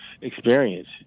experience